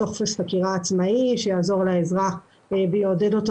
טופס חקירה עצמאי שיעזור לאזרח ויעודד אותו